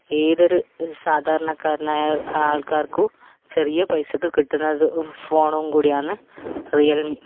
ഏതൊരു സാധാരണക്കാരനായ ആൾക്കാർക്കും ചെറിയ പൈസക്ക് കിട്ടുന്നത് ഫോണും കൂടിയാണ് റിയൽമീ